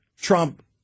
Trump